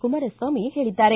ಕುಮಾರಸ್ವಾಮಿ ಹೇಳಿದ್ದಾರೆ